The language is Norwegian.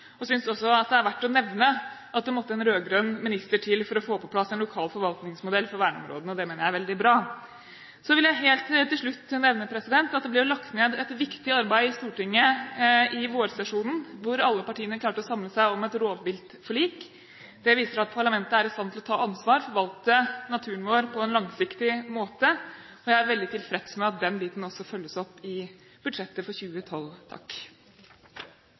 og jeg synes også det er verdt å nevne at det måtte en rød-grønn minister til for å få på plass en lokal forvaltningsmodell for verneområdene. Det mener jeg er veldig bra. Så vil jeg helt til slutt nevne at det ble lagt ned et viktig arbeid i Stortinget i vårsesjonen, hvor alle partiene klarte å samle seg om et rovviltforlik. Det viser at parlamentet er i stand til å ta ansvar og forvalte naturen vår på en langsiktig måte. Jeg er veldig tilfreds med at den biten også følges opp i budsjettet for 2012.